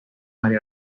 maría